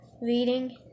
Reading